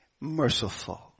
merciful